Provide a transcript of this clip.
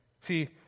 See